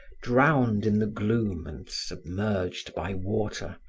drowned in the gloom and submerged by water,